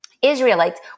Israelites